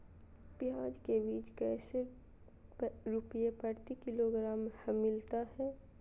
प्याज के बीज कैसे रुपए प्रति किलोग्राम हमिलता हैं?